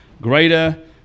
greater